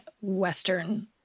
Western